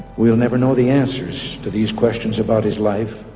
we'll never know the answers to these questions about his life